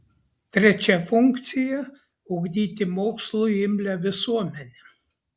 trečia funkcija ugdyti mokslui imlią visuomenę